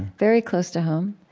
very close to home.